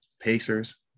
Pacers